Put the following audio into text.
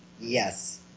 Yes